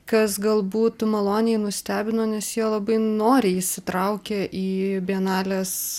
kas galbūt maloniai nustebino nes jie labai noriai įsitraukė į bienalės